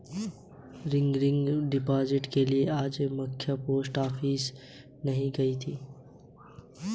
recurring deposit के लिए में आज मख्य पोस्ट ऑफिस गयी थी